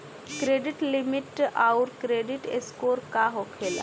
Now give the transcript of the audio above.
Credit limit आउर credit score का होखेला?